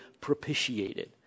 propitiated